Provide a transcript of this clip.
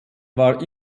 war